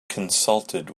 consulted